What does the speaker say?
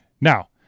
now